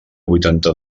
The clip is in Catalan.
vuitanta